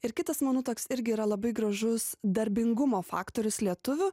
ir kitas manau toks irgi yra labai gražus darbingumo faktorius lietuvių